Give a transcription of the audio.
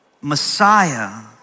Messiah